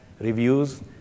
reviews